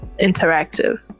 Interactive